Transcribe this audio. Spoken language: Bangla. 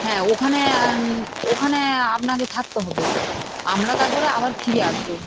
হ্যাঁ ওখানে ওখানে আপনাকে থাকতে হবে আমরা তারপরে আবার ফিরে আসব